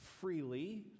freely